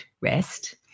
rest